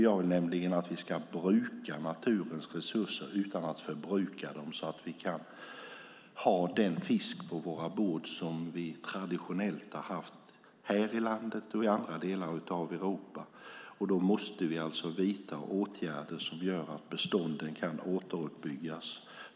Jag vill nämligen att vi ska bruka naturens resurser utan att förbruka dem så att vi kan ha den fisk på våra bord som vi traditionellt har haft här i landet och i andra delar av Europa. Då måste vi vidta åtgärder som gör att bestånden kan återuppbyggas.